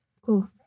Cool